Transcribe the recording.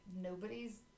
nobody's